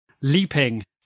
leaping